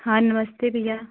हाँ नमस्ते भैया